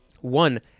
One